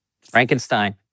Frankenstein